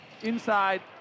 Inside